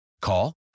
Call